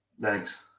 Thanks